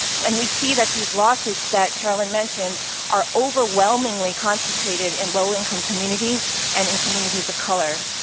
and we see that these lawsuits that carolyn mentioned are overwhelmingly concentrated in low-income communities and in communities of color.